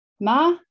Ma